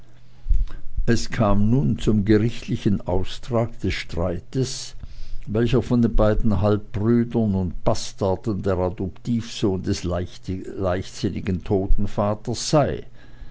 es kam nun zum gerichtlichen austrag des streites welcher von den beiden halbbrüdern und bastarden der adoptivsohn des leichtsinnigen toten vaters sei